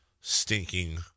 stinking